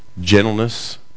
gentleness